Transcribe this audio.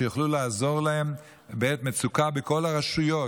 שיוכלו לעזור להם בעת מצוקה בכל הרשויות,